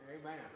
Amen